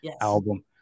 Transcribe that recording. album